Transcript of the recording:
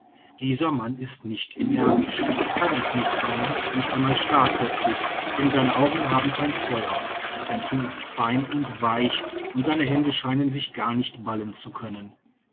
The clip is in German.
dieser mann ist nicht energisch kann es nicht sein nicht einmal starrköpfig denn seine augen haben kein feuer sein kinn ist fein und weich und seine hände scheinen sich gar nicht ballen zu können